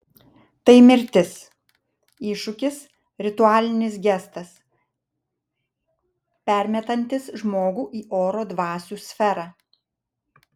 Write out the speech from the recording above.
tai mirtis iššūkis ritualinis gestas permetantis žmogų į oro dvasių sferą